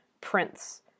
prints